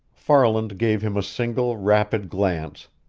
farland gave him a single, rapid glance,